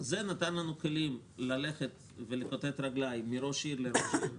זה נתן לנו כלים לכתת רגליים מראש עיר לראש עיר,